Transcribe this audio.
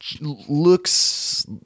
looks